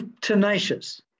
tenacious